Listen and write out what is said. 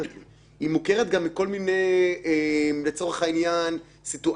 מכיוון שלא תמיד אני יכול להוכיח את זהותו